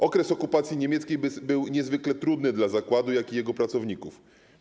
Okres okupacji niemieckiej był niezwykle trudny dla zakładu i jego pracowników.